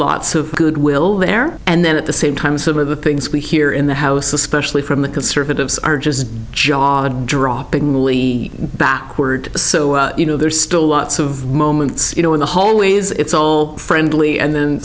lots of goodwill there and then at the same time some of the things we hear in the house especially from the conservatives are just jarred droppingly backward so you know there's still lots of moments you know in the hallways it's all friendly and then